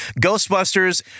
Ghostbusters